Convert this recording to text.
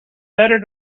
better